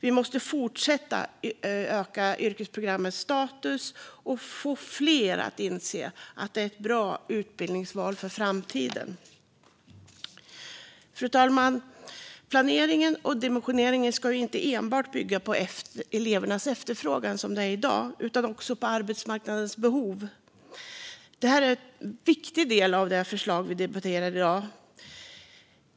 Vi måste fortsätta öka yrkesprogrammens status och få fler att inse att det är ett bra utbildningsval för framtiden. Fru talman! Planeringen och dimensioneringen ska inte enbart bygga på elevernas efterfrågan, som det är i dag, utan också på arbetsmarknadens behov. Det är en viktig del i det förslag som vi debatterar i dag.